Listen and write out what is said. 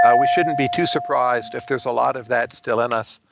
ah we shouldn't be too surprised if there's a lot of that still in us.